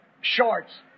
shorts